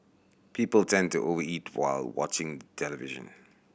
people tend to over eat while watching the television